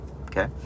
Okay